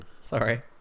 Sorry